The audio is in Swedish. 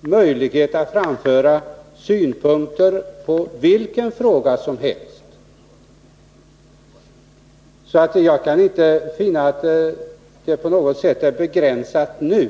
möjlighet att framföra synpunkter på vilken fråga som helst. Jag kan därför inte finna att inflytandet på något sätt är begränsat nu.